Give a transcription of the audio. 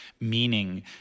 meaning